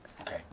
Okay